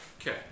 Okay